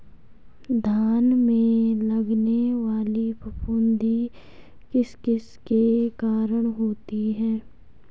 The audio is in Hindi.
धान में लगने वाली फफूंदी किस किस के कारण होती है?